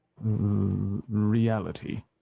reality